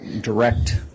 direct